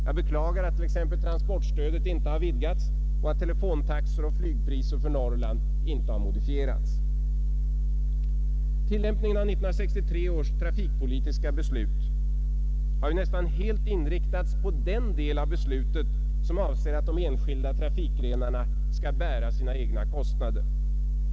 Jag beklagar att t.ex. transportstödet inte har vidgats och att telefontaxor och flygpriser för Norrland inte har modifierats. Tillämpningen av 1963 års trafikpolitiska beslut har ju nästan helt inriktats på den del av beslutet som avser att de enskilda trafikgrenarna skall bära sina egna kostnader.